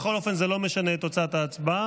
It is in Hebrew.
בכל אופן, זה לא משנה את תוצאת ההצבעה.